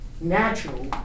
natural